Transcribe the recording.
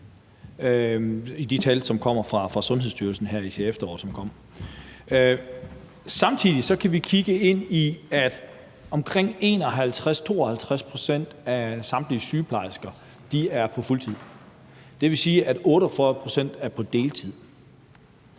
Samtidig kan vi kigge ind i, at omkring 51, 52 pct. af samtlige sygeplejersker er på fuld tid. Det vil sige, at 48 pct. er på deltid.